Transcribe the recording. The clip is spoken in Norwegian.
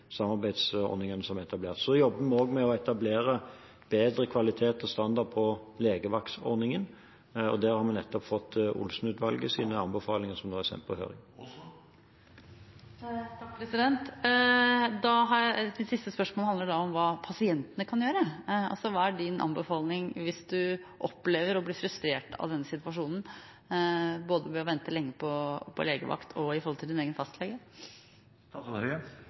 samarbeidsordningene som er etablert. Så jobber vi også med å etablere bedre kvalitet og standard på legevaktordningen. Der har vi nettopp fått Olsen-utvalgets anbefalinger som nå er sendt på høring. Det siste spørsmålet handler om hva pasientene kan gjøre. Hva er din anbefaling hvis man opplever å bli frustrert over denne situasjonen, både med å vente lenge på legevakten og med hensyn til egen fastlege? Hvis du er frustrert over din egen fastlege,